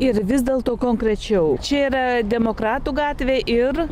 ir vis dėlto konkrečiau čia yra demokratų gatvė ir